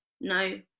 no